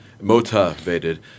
motivated